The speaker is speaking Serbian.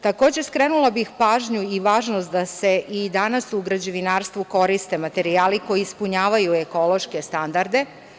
Takođe, skrenula bih pažnju i važnost da se danas u građevinarstvu koriste materijali koji ispunjavaju ekološke standarde.